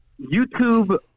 YouTube